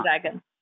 dragon